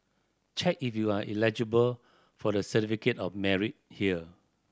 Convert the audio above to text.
check if you are eligible for the Certificate of Merit here